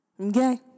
okay